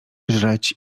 żreć